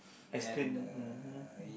explain mm